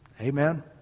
Amen